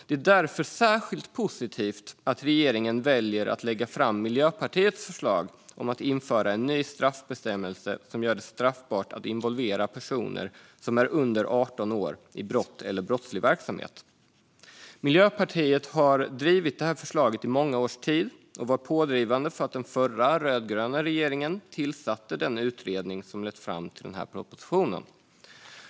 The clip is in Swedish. Det är därför särskilt positivt att regeringen väljer att lägga fram Miljöpartiets förslag om att införa en ny straffbestämmelse som gör det straffbart att involvera personer som är under 18 år i brott eller brottslig verksamhet. Miljöpartiet har drivit förslaget i många års tid och varit pådrivande för att den förra rödgröna regeringen tillsatte den utredning som ledde fram till propositionen.